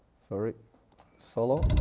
sorry solo